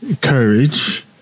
courage